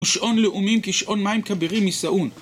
ושעון לאומים כשעון מים כבירים מסעון.